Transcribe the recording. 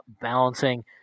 balancing